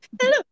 Hello